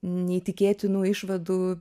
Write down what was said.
neįtikėtinų išvadų